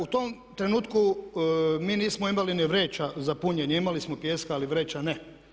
U tom trenutku mi nismo imali ni vreća za punjenje, imali smo pijeska, ali vreća ne.